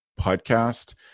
podcast